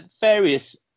Various